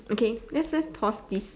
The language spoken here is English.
okay let's let's pause this